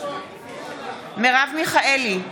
מרב מיכאלי,